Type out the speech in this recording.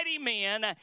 men